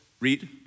read